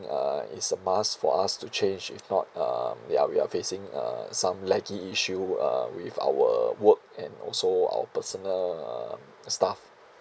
uh it's a must for us to change if not um ya we are facing uh some lagging issue uh with our work and also our personal stuff